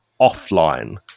offline